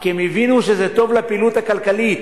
כי הם הבינו שזה טוב לפעילות הכלכלית.